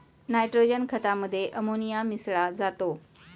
nitrogen खतामध्ये ammonia मिसळा जातो